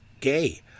gay